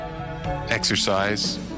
Exercise